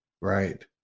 right